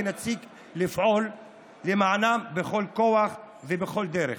לפעול למענן בכל כוח ובכל דרך.